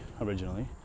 originally